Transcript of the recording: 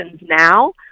now